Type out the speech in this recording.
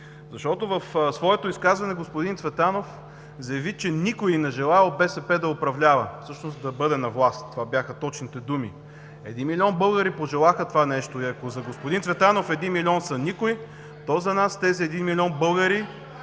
„никой“. В изказването си господин Цветанов заяви, че никой не желаел БСП да управлява, всъщност да бъде на власт. Това бяха точните думи. Един милион българи пожелаха това нещо и ако за господин Цветанов един милион са „никой“, то за нас тези милион българи